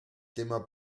tema